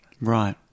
Right